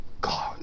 god